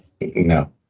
No